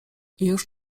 już